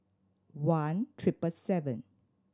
one triple seven